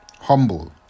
humble